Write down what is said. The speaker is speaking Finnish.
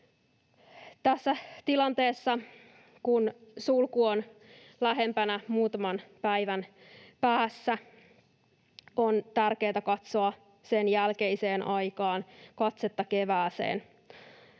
Tässä tilanteessa, kun sulku on lähempänä, muutaman päivän päässä, on tärkeätä katsoa sen jälkeiseen aikaan, katsetta kevääseen.